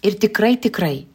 ir tikrai tikrai